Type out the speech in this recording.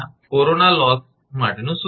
Peeks corona loss માટેનું સૂત્ર છે